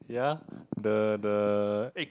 ya the the egg